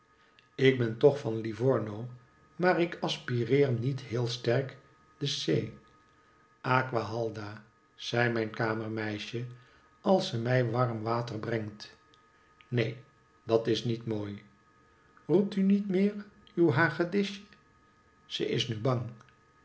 ik ben toch van livorno maar ik aspireer niet heel sterk de c aqua halda zegt mijn kamermeisje als ze mij warm water brengt neen dat is niet mooi roept u niet meer uw hagedisje ze is nu bang